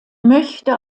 möchte